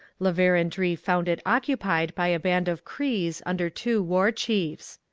la verendrye found it occupied by a band of crees under two war chiefs.